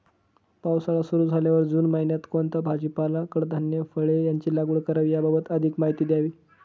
पावसाळा सुरु झाल्यावर जून महिन्यात कोणता भाजीपाला, कडधान्य, फळे यांची लागवड करावी याबाबत अधिक माहिती द्यावी?